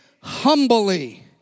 humbly